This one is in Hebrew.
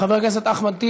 חבר הכנסת אחמד טיבי,